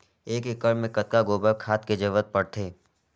एक एकड़ मे कतका गोबर खाद के जरूरत पड़थे?